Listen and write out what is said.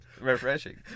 refreshing